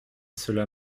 cela